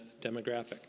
demographic